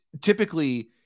typically –